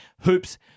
Hoops